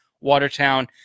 Watertown